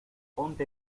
ponte